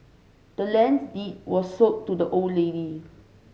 the land's deed was sold to the old lady